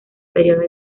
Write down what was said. períodos